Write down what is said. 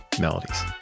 melodies